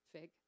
fig